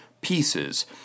pieces